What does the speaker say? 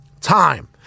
time